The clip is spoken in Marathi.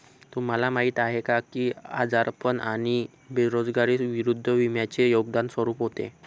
तुम्हाला माहीत आहे का की आजारपण आणि बेरोजगारी विरुद्ध विम्याचे योगदान स्वरूप होते?